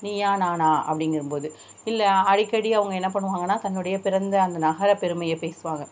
நீயா நானா அப்படிங்க போது இல்லை அடிக்கடி அவங்க என்ன பண்ணுவாங்கன்னால் தன்னுடைய பிறந்த அந்த நகர பெருமையை பேசுவாங்க